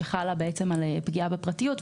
שחלה על פגיעה בפרטיות,